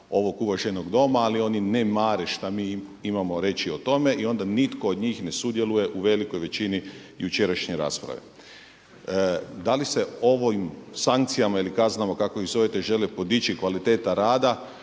ovog uvaženog Doma, ali oni ne mare šta mi imamo reći o tome i onda nitko od njih ne sudjeluje u velikoj većini jučerašnje rasprave. Da li se ovim sankcijama ili kaznama, kako iz zovete želi podići kvaliteta rada